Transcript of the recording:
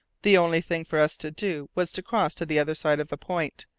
the only thing for us to do was to cross to the other side of the point.